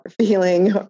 feeling